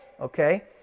okay